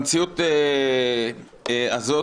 במציאות הזאת,